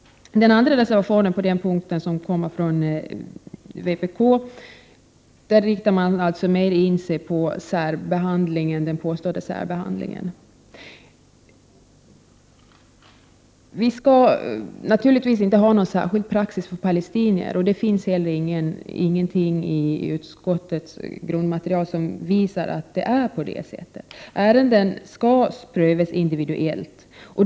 I reservation 12 från vpk riktar man mer in sig på den påstådda särbehandlingen. Vi skall naturligtvis inte ha någon särskild praxis för palestinier, och det finns inte heller något i utskottets grundmaterial som visar att det är på det sättet. Ärenden skall prövas individuellt.